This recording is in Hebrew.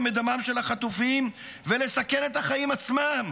את דמם של החטופים ולסכן את החיים עצמם,